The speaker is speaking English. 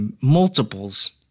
multiples